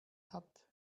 hat